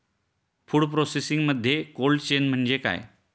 Food प्रोसेसिंगमध्ये cold chain म्हणजे काय?